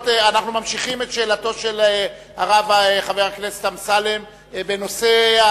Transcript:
אנחנו ממשיכים עם שאלתו של הרב חבר הכנסת אמסלם בנושא,